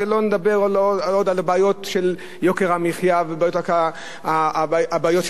שלא נדבר על בעיות של יוקר המחיה ובעיות של